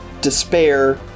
despair